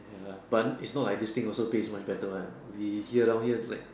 ya lah but it's not like this thing also taste much better what we here down here like